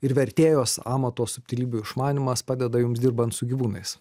ir vertėjos amato subtilybių išmanymas padeda jums dirbant su gyvūnais